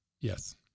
Yes